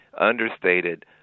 understated